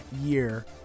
year